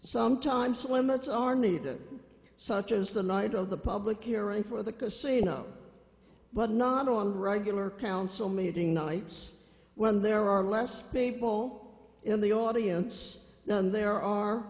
sometimes limits are needed such as the night of the public hearing for the casino but not on the regular council meeting nights when there are less people in the audience than there are